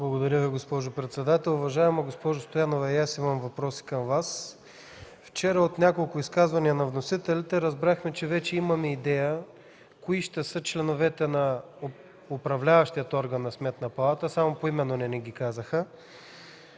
Благодаря Ви, госпожо председател. Уважаема госпожо Стоянова, и аз имам въпроси към Вас. Вчера от няколко изказвания на вносителите разбрахме, че вече имаме идея кои ще са членовете на управляващия орган на Сметната палата, само поименно не ги казаха.